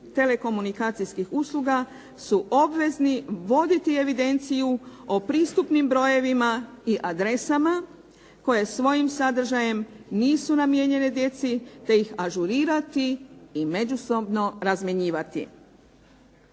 telekomunikacijskih usluga su obvezni voditi evidenciju o pristupnim brojevima i adresama koje svojim sadržajem nisu namijenjene djeci te ih ažurirati i međusobno razmjenjivati.